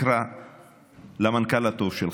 תקרא למנכ"ל הטוב שלך,